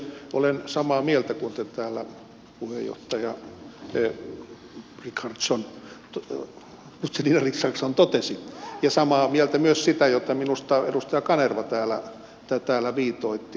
olen samaa mieltä mitä täällä puheenjohtaja guzenina richardson totesi ja samaa mieltä myös siitä mitä minusta edustaja kanerva täällä viitoitti